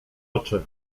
oczy